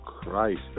Christ